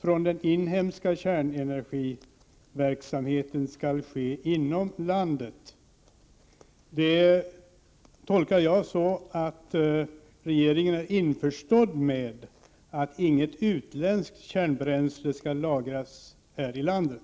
från den inhemska kärnenergiverksamheten skall ske inom landet.” Detta tolkar jag så att regeringen är införstådd med att inget utländskt kärnbränsleavfall skall lagras här i landet.